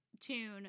tune